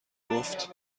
گفت